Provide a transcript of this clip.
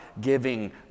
giving